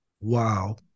Wow